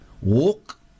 walk